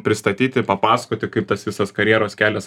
pristatyti papasakoti kaip tas visas karjeros kelias